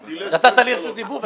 רגע, נתת לי את רשות הדיבור.